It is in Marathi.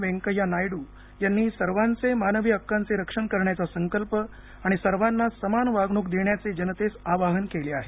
व्यंकय्या नायडू यांनी सर्वांचे मानवी हक्कांचे रक्षण करण्याचा संकल्प आणि सर्वांना समान वागणूक देण्याचे जनतेस आवाहन केले आहे